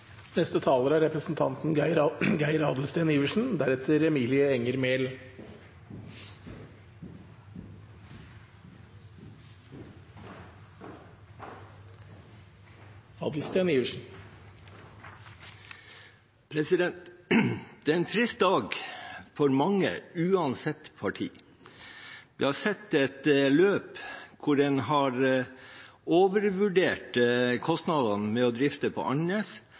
er en trist dag for mange uansett parti. Vi har sett et løp hvor en har overvurdert kostnadene ved å drifte på